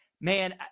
man